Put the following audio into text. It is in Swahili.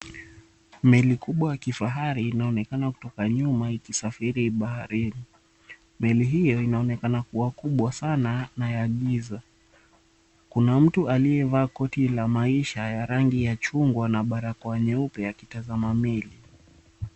Meli kubwa ya kifahari inaonekana kutoka nyuma, ikisafiri baharini, meli hiyo inaonekana kuwa kubwa sana na ya giza, kuna mtu aliyevaa koti la maisha ya rangi ya chungwa na barakoa nyeupe, akitazama meli.